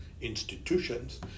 institutions